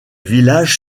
villages